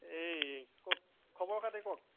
এই কওক খবৰ খাতি কওক